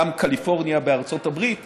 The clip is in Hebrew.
קליפורניה בארצות הברית